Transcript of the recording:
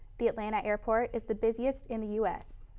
the atlanta airport is the busiest in the u s.